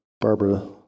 Barbara